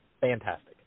fantastic